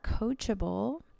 coachable